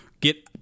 get